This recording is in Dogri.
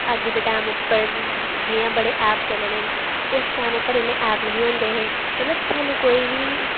अज्ज दे टैम उप्पर जियां बड़े ऐप चले दे न उस टैम उप्पर इन्ने ऐप निं होंदे हे मतलब सानूं कोई बी